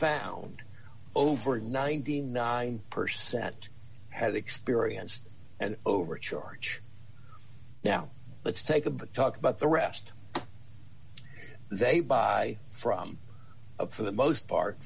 found over ninety nine percent have experienced an over charge now let's take a bit talk about the rest they buy from a for the most part